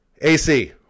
AC